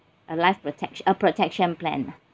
a life protection a protection plan lah